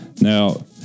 now